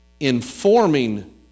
informing